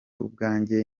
ubwanjye